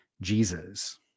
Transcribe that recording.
Jesus